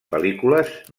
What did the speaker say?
pel·lícules